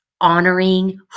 honoring